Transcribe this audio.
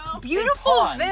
Beautiful